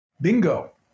Bingo